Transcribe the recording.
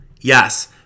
Yes